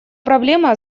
проблема